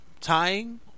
Tying